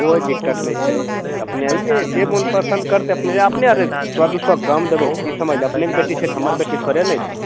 कोइ दिक्कत नहि छै अपने अययै जे मोन पसन्द करतै अपने अर सए दू सए कम देबै की समझ अपनेके बेटी छै हमर बेटी थोड़े नहि छै